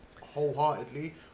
wholeheartedly